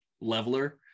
leveler